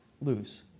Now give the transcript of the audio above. lose